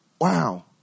wow